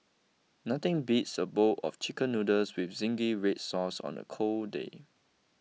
nothing beats a bowl of Chicken Noodles with Zingy Red Sauce on a cold day